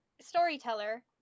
Storyteller